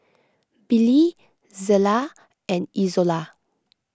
Billy Zela and Izola